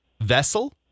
vessel